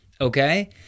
okay